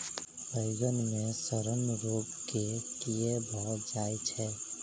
बइगन मे सड़न रोग केँ कीए भऽ जाय छै?